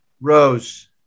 Rose